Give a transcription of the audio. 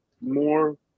more